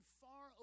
far